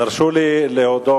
תרשו לי להודות,